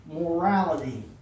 morality